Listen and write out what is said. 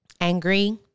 angry